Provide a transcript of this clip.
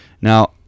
Now